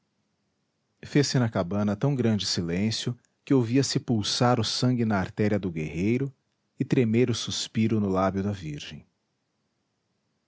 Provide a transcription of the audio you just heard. fez-se na cabana tão grande silêncio que ouvia-se pulsar o sangue na artéria do guerreiro e tremer o suspiro no lábio da virgem